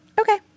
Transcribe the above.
okay